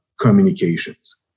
communications